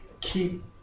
keep